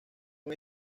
con